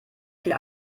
viel